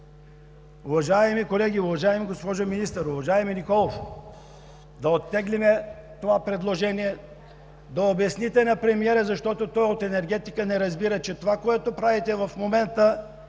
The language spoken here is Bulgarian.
Уважаеми колеги, уважаема госпожо Министър! Уважаеми господин Николов, да оттеглим това предложение, да обясните на премиера, защото той от енергетика не разбира, че това, което правите в момента,